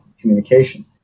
communication